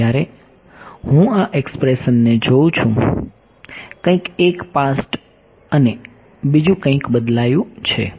હવે જ્યારે હું આ એક્સપ્રેશનને જોઉં છું કંઈક એક પાસ્ટ અને બીજું કંઇક બદલાયું છે